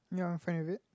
ya I'm fine with it